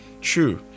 true